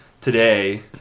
today